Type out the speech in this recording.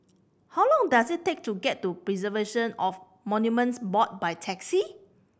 how long does it take to get to Preservation of Monuments Board by taxi